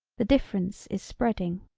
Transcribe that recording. the difference is spreading.